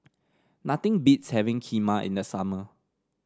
nothing beats having Kheema in the summer